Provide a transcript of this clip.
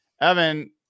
Evan